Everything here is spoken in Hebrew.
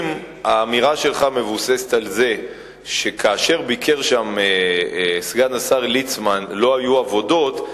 אם האמירה שלך מבוססת על זה שכאשר ביקר שם סגן השר ליצמן לא היו עבודות,